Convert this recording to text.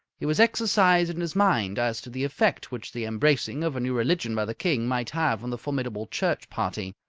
he was exercised in his mind as to the effect which the embracing of a new religion by the king might have on the formidable church party.